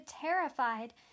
terrified